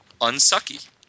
unsucky